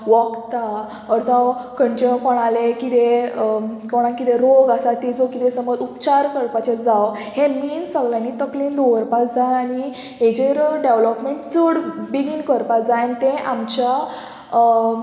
वोखदां ओर जावं खंयचें कोणालें कितें कोणाक कितें रोग आसा तेजो कितें समज उपचार करपाचें जावं हें मेन सगळ्यांनी तकलेन दवरपा जाय आनी हेजेर डेवलोपमेंट चड बेगीन करपा जाय आनी तें आमच्या